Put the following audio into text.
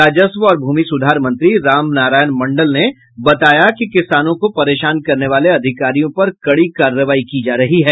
राजस्व और भूमि सुधार मंत्री राम नारायण मंडल ने बताया कि किसानों को परेशान करने वाले अधिकारियों पर कड़ी कार्रवाई की जा रही है